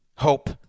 hope